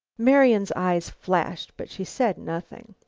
marian's eyes flashed, but she said nothing.